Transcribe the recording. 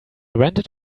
rented